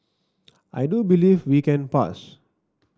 I do believe we can pass